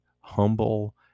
humble